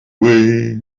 way